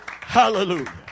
Hallelujah